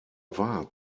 war